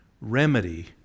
remedy